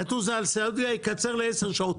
יטוס, יקצר ל-10 שעות.